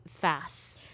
fast